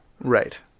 Right